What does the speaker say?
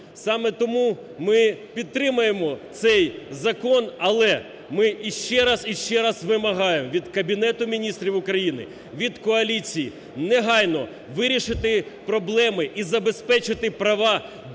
Саме тому ми підтримаємо цей закон. Але ми іще раз, іще раз вимагаємо від Кабінету Міністрів України, від коаліції негайно вирішити проблеми і забезпечити права дітей, які